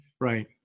Right